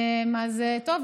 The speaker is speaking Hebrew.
טוב,